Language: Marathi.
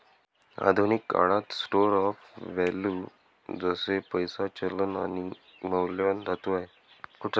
आधुनिक काळात स्टोर ऑफ वैल्यू जसे पैसा, चलन आणि मौल्यवान धातू आहे